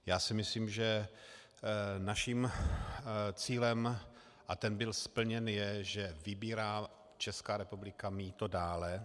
Já si myslím, že naším cílem, a ten byl splněn, je, že vybírá Česká republika mýto dále.